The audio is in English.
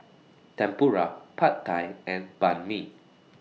Tempura Pad Thai and Banh MI